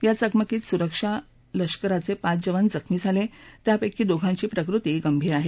या चकमकीत सुरक्षा लष्कराचे पाच जवान जखमी झाले त्यापैकी दोघांची प्रकृती गंभीर आहे